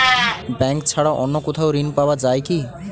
Bank ছাড়া অন্য কোথাও ঋণ পাওয়া যায় কি?